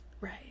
right